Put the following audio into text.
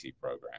program